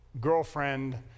girlfriend